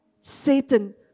Satan